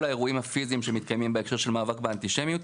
האירועים הפיזיים שמתקיימים בהקשר של מאבק באנטישמיות.